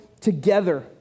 together